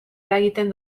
eragiten